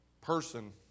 person